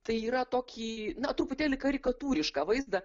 tai yra tokį na truputėlį karikatūrišką vaizdą